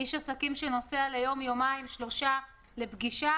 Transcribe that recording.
איש עסקים שנוסע ליום, יומיים, שלושה ימים לפגישה